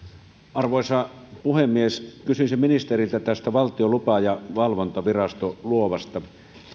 arvoisa puhemies kysyisin ministeriltä tästä valtion lupa ja valvontavirasto luovasta